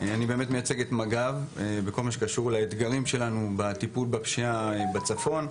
מג"ב בכל מה שקשור לאתגרים שלנו בטיפול בפשיעה בצפון.